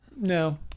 no